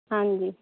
ਹਾਂਜੀ